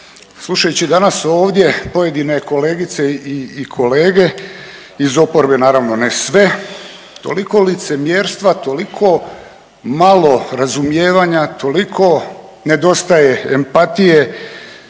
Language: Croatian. slušajući danas ovdje pojedine kolegice i kolege iz oporbe naravno ne sve, toliko licemjerstva, toliko malo razumijevanja, toliko nedostaje empatije